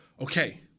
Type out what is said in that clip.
okay